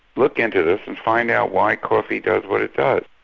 look into this and find out why coffee does what it does.